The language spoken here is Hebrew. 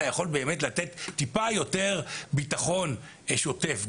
יכול באמת לתת קצת יותר ביטחון שוטף,